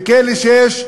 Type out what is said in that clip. בכלא 6,